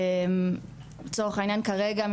לצורך העניין כרגע,